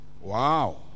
Wow